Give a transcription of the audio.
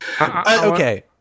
Okay